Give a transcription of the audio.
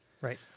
Right